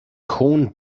corned